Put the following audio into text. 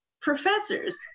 professors